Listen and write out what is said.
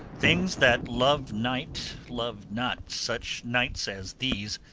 things that love night love not such nights as these